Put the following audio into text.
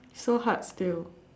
so hard still